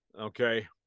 Okay